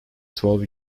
twelve